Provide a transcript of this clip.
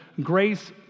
Grace